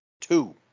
Two